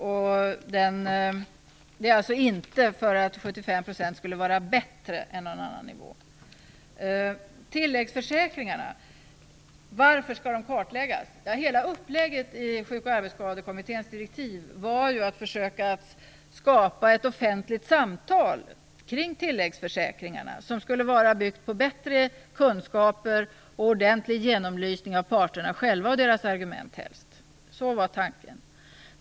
Svaret är alltså inte att 75 % skulle vara bättre än någon annan nivå. Hela upplägget i Sjuk och arbetsskadekommitténs direktiv gick ju ut på att försöka skapa ett offentligt samtal kring tilläggsförsäkringarna som skulle vara byggt på bättre kunskaper och helst ordentlig genomlysning av parterna själva och deras argument. Det var tanken.